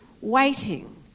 waiting